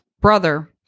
brother